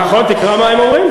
לא, נכון, תקרא מה הם אומרים.